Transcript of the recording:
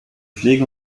pflege